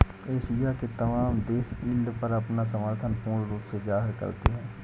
Asia के तमाम देश यील्ड पर अपना समर्थन पूर्ण रूप से जाहिर करते हैं